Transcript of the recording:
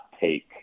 take